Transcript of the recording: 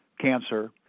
cancer